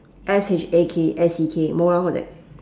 S H A K k C K mou lor